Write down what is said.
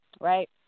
right